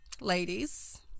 ladies